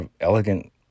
elegant